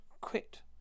Quit